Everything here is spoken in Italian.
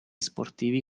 sportivi